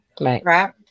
Right